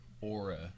aura